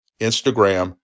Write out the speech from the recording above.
Instagram